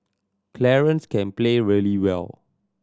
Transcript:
Clarence can play really well